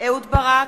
אהוד ברק,